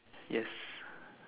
yes